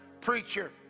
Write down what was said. preacher